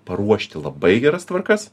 paruošti labai geras tvarkas